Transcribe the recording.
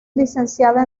licenciada